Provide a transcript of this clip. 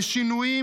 בשינויים